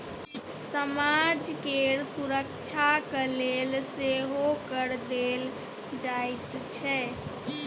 समाज केर सुरक्षाक लेल सेहो कर देल जाइत छै